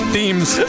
Themes